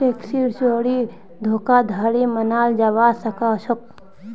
टैक्सेर चोरी धोखाधड़ी मनाल जाबा सखेछोक